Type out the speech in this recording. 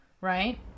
right